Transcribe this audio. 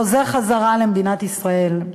חוזר למדינת ישראל.